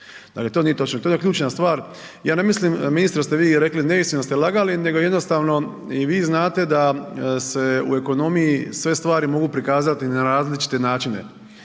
dakle to nije točno, to je ključna stvar. Ja ne mislim ministre da ste vi rekli neistinu, da ste lagali nego jednostavno i vi znate da se u ekonomiji sve stvari mogu prikazati na različite načine,